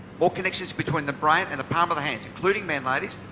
more connections between the brain and the palm of the hands. including men, ladies,